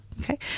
Okay